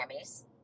Grammys